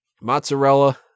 Mozzarella